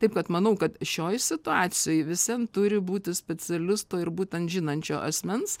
taip kad manau kad šioj situacijoje visi turi būti specialisto ir būtent žinančio asmens